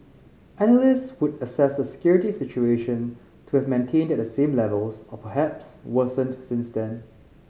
analysts would assess the security situation to have maintained at the same levels or perhaps worsened since then